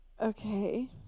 Okay